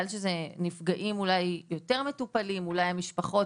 לפעמים שנפגעים יותר מטופלים והמשפחות